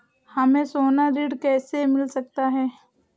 हमें सोना ऋण कैसे मिल सकता है?